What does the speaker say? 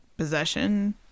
possession